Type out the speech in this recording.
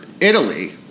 Italy